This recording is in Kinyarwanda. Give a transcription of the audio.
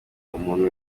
umuntu